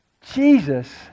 Jesus